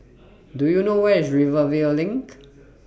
Do YOU know Where IS Rivervale LINK